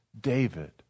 David